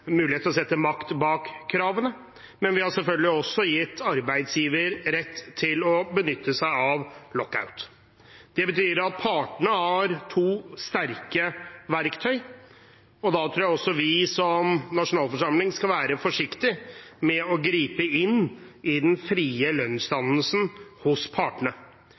mulighet til å sette makt bak kravene, men vi har selvfølgelig også gitt arbeidsgiver rett til å benytte seg av lockout. Det betyr at partene har to sterke verktøy, og da tror jeg at vi som nasjonalforsamling skal være forsiktig med å gripe inn i den frie lønnsdannelsen hos partene.